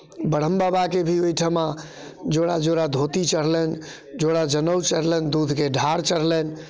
ब्रह्म बाबाके भी ओहिठिमा जोड़ा जोड़ा धोती चढ़लनि जोड़ा जनेउ चढ़लनि दूधके ढार चढ़लनि